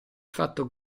fatto